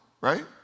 right